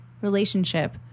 relationship